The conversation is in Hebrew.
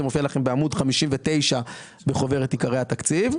זה מופיע לכם בעמוד 59 בחוברת עיקרי התקציב.